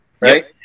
right